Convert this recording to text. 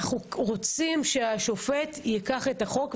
אנחנו רוצים שהשופט ייקח את החוק,